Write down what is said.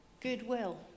goodwill